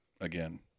again